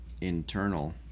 internal